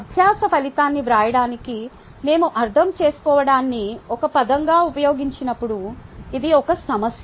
అభ్యాస ఫలితాన్ని వ్రాయడానికి మేము అర్థం చేసుకోవడాన్ని ఒక పదంగా ఉపయోగించినప్పుడు ఇది ఒక సమస్య